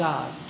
God